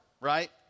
right